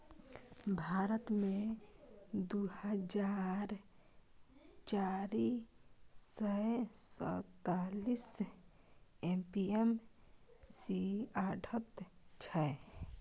भारत मे दु हजार चारि सय सैंतालीस ए.पी.एम.सी आढ़त छै